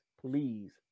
please